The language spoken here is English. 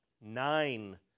Nine